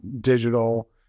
digital